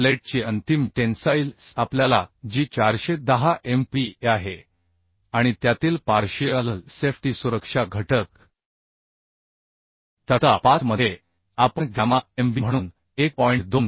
प्लेटची अंतिम tensile strength जी 410Mpa आहे आणि त्यातील पार्शिअल सेफ्टी सुरक्षा घटक तक्ता 5 मध्ये आपण गॅमा mb म्हणून 1